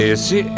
Esse